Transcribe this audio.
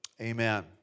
amen